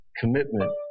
commitment